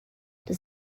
does